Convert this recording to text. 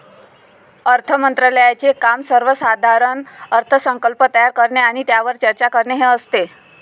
अर्थ मंत्रालयाचे काम सर्वसाधारण अर्थसंकल्प तयार करणे आणि त्यावर चर्चा करणे हे असते